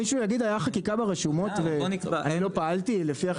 מישהו יגיד הייתה חקיקה ברשומות ולא פעלתי לפי החקיקה?